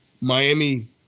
Miami